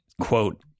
quote